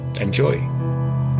Enjoy